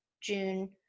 June